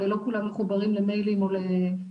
הרי לא כולם מחוברים למיילים או לדיגיטציה,